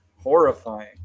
horrifying